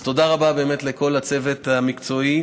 אז תודה רבה באמת לכל הצוות המקצועי.